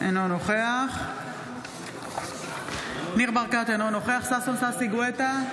אינו נוכח ניר ברקת, אינו נוכח ששון ששי גואטה,